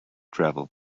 travel